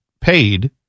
paid